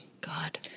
god